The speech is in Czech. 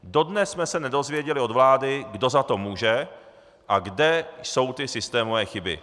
Dodnes jsme se nedozvěděli od vlády, kdo za to může a kde jsou ty systémové chyby.